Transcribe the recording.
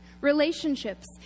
Relationships